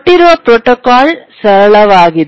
ಕೊಟ್ಟಿರುವ ಪ್ರೋಟೋಕಾಲ್ ಸರಳವಾಗಿದೆ